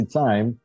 time